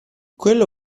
quello